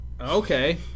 Okay